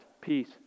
peace